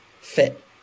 fit